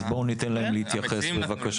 בוא ניתן להם להתייחס בבקשה.